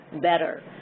better